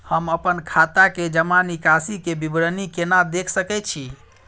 हम अपन खाता के जमा निकास के विवरणी केना देख सकै छी?